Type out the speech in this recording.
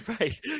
Right